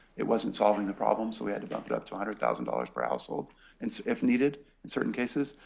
it wasn't solving the problem. so we had to bump it up to one hundred thousand dollars per household and so if needed in certain cases.